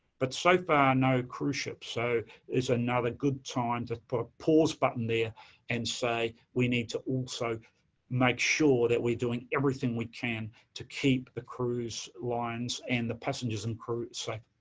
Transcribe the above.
but so far, no cruise ships. so, it's another good time to put pause button there and say, we need to also make sure that we're doing everything we can to keep the cruise lines and the passengers and crews safe.